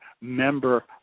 member